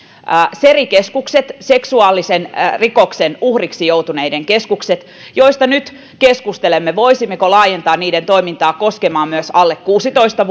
seri keskukset seksuaalisen rikoksen uhriksi joutuneiden keskukset joista nyt keskustelemme voisimmeko laajentaa niiden toimintaa koskemaan myös alle kuusitoista